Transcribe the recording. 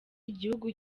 igihugu